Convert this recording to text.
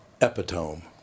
epitome